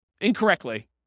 incorrectly